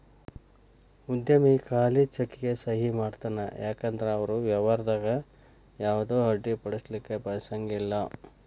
ಉದ್ಯಮಿ ಖಾಲಿ ಚೆಕ್ಗೆ ಸಹಿ ಮಾಡತಾನ ಯಾಕಂದ್ರ ಅವರು ವ್ಯವಹಾರದಾಗ ಯಾವುದ ಅಡ್ಡಿಪಡಿಸಲಿಕ್ಕೆ ಬಯಸಂಗಿಲ್ಲಾ